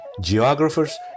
geographers